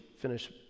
finish